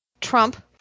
Trump